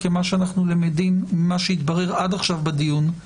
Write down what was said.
כי מה שאנחנו למדים ממה שהתברר עד עכשיו בדיון הוא